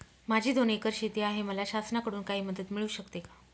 माझी दोन एकर शेती आहे, मला शासनाकडून काही मदत मिळू शकते का?